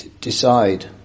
decide